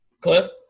Cliff